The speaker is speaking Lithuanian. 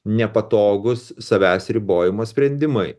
nepatogūs savęs ribojimo sprendimai